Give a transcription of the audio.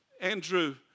Andrew